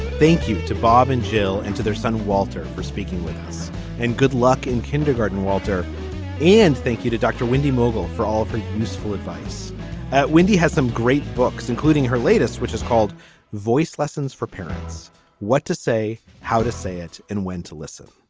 thank you to bob and jill and to their son walter for speaking with us and good luck in kindergarten walter and thank you to dr. wendy mogul for all for useful advice wendy has some great books including her latest which is called voice lessons for parents what to say how to say it and when to listen